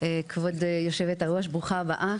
כבוד היושבת-ראש, ברוכה הבאה.